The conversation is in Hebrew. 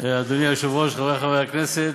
אדוני היושב-ראש, חברי חברי הכנסת,